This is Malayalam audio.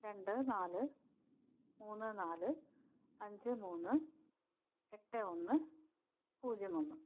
രണ്ട് നാല് മൂന്ന് നാല് അഞ്ച് മൂന്ന് എട്ട് ഒന്ന് പൂജ്യം ഒന്ന്